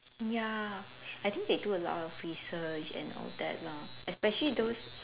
ya I think they do a lot of research and all that lah especially those